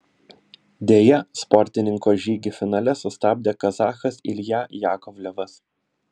deja sportininko žygį finale sustabdė kazachas ilja jakovlevas